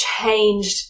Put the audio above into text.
changed